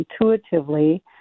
intuitively